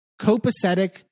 copacetic